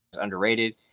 underrated